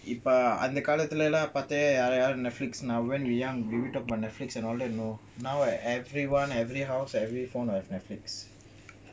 இப்பஅந்தகாலத்துலலாம்பார்த்தாயாரும்:ipa andha kaalathulalam partha yarum netflix now when we're young we read up on netflix and all that you know now everyone every house every phone have netflix